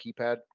keypad